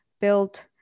built